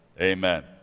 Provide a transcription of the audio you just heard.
amen